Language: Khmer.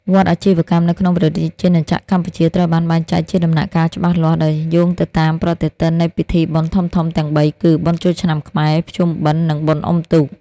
វដ្តអាជីវកម្មនៅក្នុងព្រះរាជាណាចក្រកម្ពុជាត្រូវបានបែងចែកជាដំណាក់កាលច្បាស់លាស់ ដោយយោងទៅតាមប្រតិទិននៃពិធីបុណ្យធំៗទាំងបីគឺ បុណ្យចូលឆ្នាំខ្មែរ ភ្ជុំបិណ្ឌ និងបុណ្យអុំទូក។